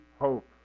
hope